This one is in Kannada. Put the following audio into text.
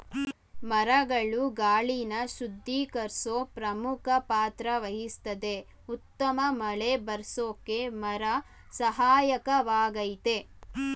ಮರಗಳು ಗಾಳಿನ ಶುದ್ಧೀಕರ್ಸೋ ಪ್ರಮುಖ ಪಾತ್ರವಹಿಸ್ತದೆ ಉತ್ತಮ ಮಳೆಬರ್ರ್ಸೋಕೆ ಮರ ಸಹಾಯಕವಾಗಯ್ತೆ